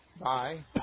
Bye